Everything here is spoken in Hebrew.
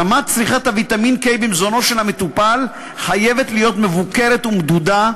רמת צריכת הוויטמין K במזונו של המטופל חייבת להיות מבוקרת ומדודה,